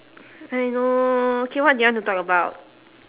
I know okay what do you want to talk about